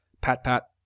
Pat-Pat